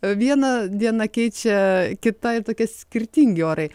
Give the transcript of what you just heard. vieną dieną keičia kita ir tokie skirtingi orai